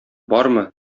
бармы